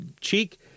cheek